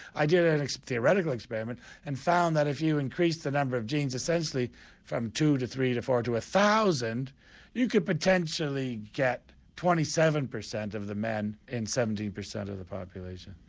i did a and theoretical experiment and found that if you increased the number of genes, essentially from two, to three to four to one thousand you could potentially get twenty seven percent of the men in seventeen percent of the population.